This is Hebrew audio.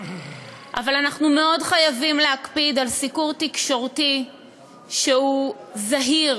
אבל אנחנו חייבים מאוד להקפיד על סיקור תקשורתי שהוא זהיר